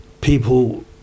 people